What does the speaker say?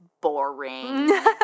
boring